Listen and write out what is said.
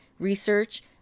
research